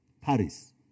Paris